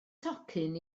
tocyn